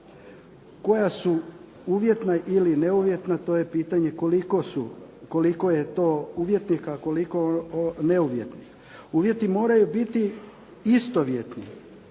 koja su uvjetna ili neuvjetna to je pitanje koliko je to uvjetnih i koliko neuvjetnih. Uvjeti moraju biti istovjetni